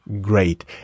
Great